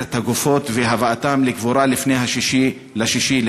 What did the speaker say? את הגופות ולהביאן לקבורה לפני 6 ביולי,